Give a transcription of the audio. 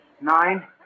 nine